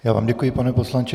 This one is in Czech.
Já vám děkuji, pane poslanče.